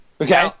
okay